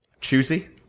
choosy